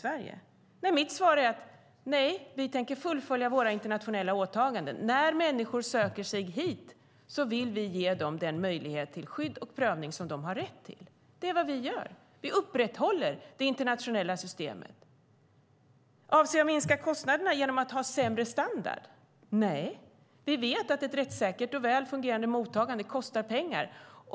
Vi tänker fullfölja våra internationella åtaganden. När människor söker sig hit vill vi ge dem den möjlighet till skydd och prövning som de har rätt till. Det är vad vi gör. Vi upprätthåller det internationella systemet. Avser jag att minska kostnaderna genom sämre standard? Nej, vi vet att ett rättssäkert och väl fungerande mottagande kostar pengar.